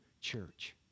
church